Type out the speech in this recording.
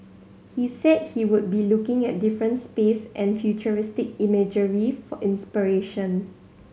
he said he would be looking at different space and futuristic imagery for inspiration